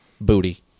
Booty